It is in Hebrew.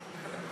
אדוני